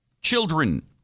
Children